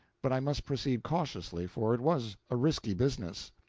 but i must proceed cautiously, for it was a risky business.